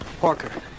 Parker